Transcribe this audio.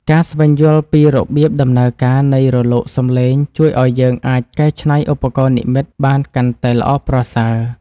ការស្វែងយល់ពីរបៀបដំណើរការនៃរលកសំឡេងជួយឱ្យយើងអាចកែច្នៃឧបករណ៍និម្មិតបានកាន់តែល្អប្រសើរ។